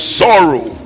sorrow